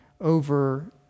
Over